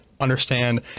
understand